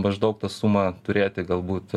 maždaug tą sumą turėti galbūt